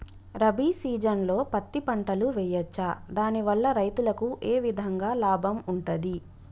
రబీ సీజన్లో పత్తి పంటలు వేయచ్చా దాని వల్ల రైతులకు ఏ విధంగా లాభం ఉంటది?